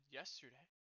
yesterday